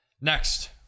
Next